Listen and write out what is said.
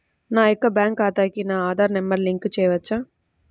నా యొక్క బ్యాంక్ ఖాతాకి నా ఆధార్ నంబర్ లింక్ చేయవచ్చా?